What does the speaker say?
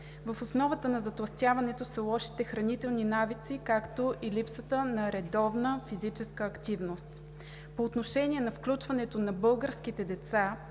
В основата на затлъстяването са лошите хранителни навици, както и липсата на редовна физическа активност. По отношение на включването на българските деца